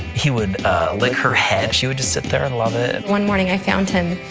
he would lick her head. she would just sit there and love it. one morning i found him,